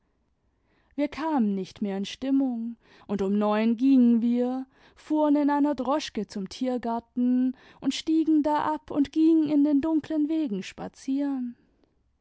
wir kamen nicht mehr in stimmung und um neun gingen wir fuhren in einer droschke zum tiergarten imd stiegen da ab und gingen in den dunklen wegen spazieren